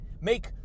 Make